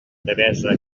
devesa